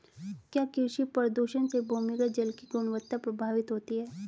क्या कृषि प्रदूषण से भूमिगत जल की गुणवत्ता प्रभावित होती है?